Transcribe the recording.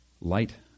light